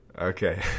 okay